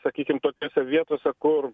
sakykime tokiose vietose kur